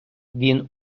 він